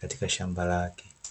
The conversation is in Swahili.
katika shamba lake.